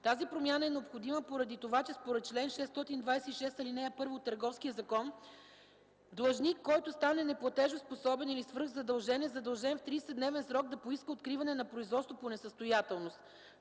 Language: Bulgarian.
Тази промяна е необходима поради това, че според чл. 626, ал. 1 от Търговския закон длъжник, който стане неплатежоспособен или свръх задлъжнял, е задължен в 30-дневен срок да поиска откриване на производство по несъстоятелност.